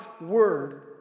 word